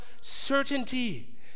certainty